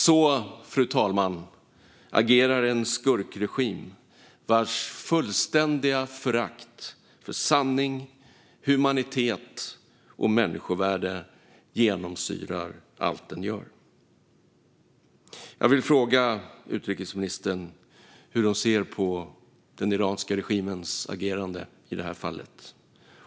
Så, fru talman, agerar en skurkregim vars fullständiga förakt för sanning, humanitet och människovärde genomsyrar allt den gör. Jag vill fråga utrikesministern hur hon ser på den iranska regimens agerande i det här fallet.